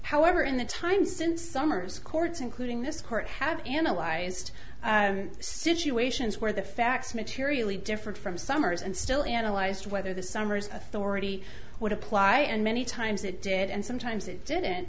however in the time since summers courts including this court have analyzed situations where the facts materially different from summers and still analyzed whether the summers authority would apply in many times it did and sometimes it didn't